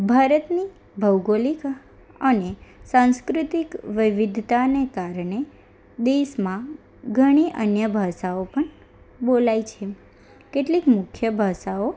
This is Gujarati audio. ભારતની ભૌગોલિક અને સાંસ્કૃતિક વૈવિધતાને કારણે દેશમાં ઘણી અન્ય ભાષાઓ પણ બોલાય છે કેટલીક મુખ્ય ભાષાઓ